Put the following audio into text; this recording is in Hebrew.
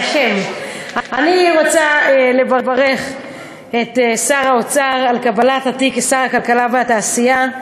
אני רוצה לברך את שר האוצר על קבלת תיק שר הכלכלה והתעשייה.